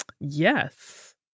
yes